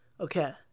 okay